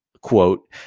quote